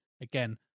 again